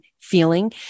feeling